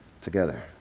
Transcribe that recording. together